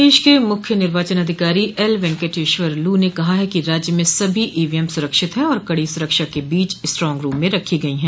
प्रदेश के मुख्य निर्वाचन अधिकारी एल वेंकेटेश्वर लू ने कहा कि राज्य में सभी ईवीएम सुरक्षित हैं और कड़ी सुरक्षा के बीच स्ट्रांगरूम में रखी गई हैं